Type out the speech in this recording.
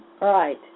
Right